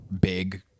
big